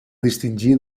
distingir